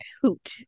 Hoot